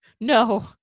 No